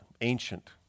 ancient